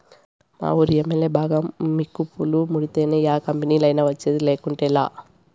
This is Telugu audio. మావూరి ఎమ్మల్యే బాగా మికుపులు ముడితేనే యా కంపెనీలైనా వచ్చేది, లేకుంటేలా